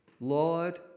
Lord